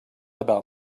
about